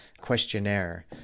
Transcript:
questionnaire